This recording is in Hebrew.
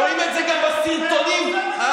רואים את זה גם בסרטונים שלכם,